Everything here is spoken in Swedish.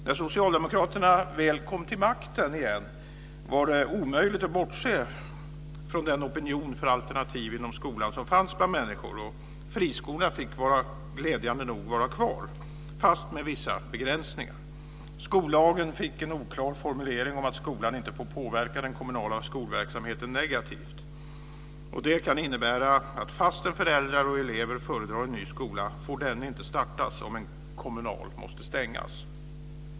När socialdemokraterna väl kom till makten igen var det omöjligt att bortse från den opinion för alternativ inom skolan som fanns bland människor, och friskolorna fick glädjande nog vara kvar, fast med vissa begränsningar. Skollagen fick en oklar formulering om att skolan inte får påverka den kommunala skolverksamheten negativt. Detta kan innebära att fastän föräldrar och elever föredrar en ny skola får den inte startas om en kommunal måste stängas.